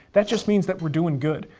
that just means that we're doing good.